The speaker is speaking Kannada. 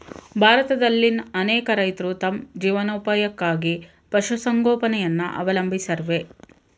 ಭಾರತದಲ್ಲಿನ್ ಅನೇಕ ರೈತ್ರು ತಮ್ ಜೀವನೋಪಾಯಕ್ಕಾಗಿ ಪಶುಸಂಗೋಪನೆಯನ್ನ ಅವಲಂಬಿಸವ್ರೆ